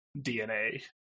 DNA